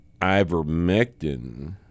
ivermectin